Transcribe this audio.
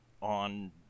on